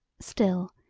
still,